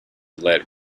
let